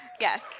yes